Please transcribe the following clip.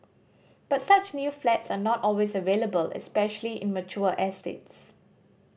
but such new flats are not always available especially in mature estates